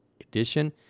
edition